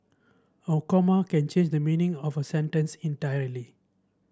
a comma can change the meaning of a sentence entirely